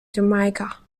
jamaica